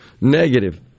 Negative